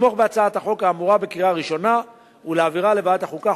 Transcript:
לתמוך בהצעת החוק האמורה בקריאה הראשונה ולהעבירה לוועדת החוקה,